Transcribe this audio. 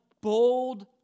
bold